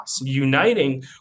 uniting